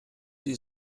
die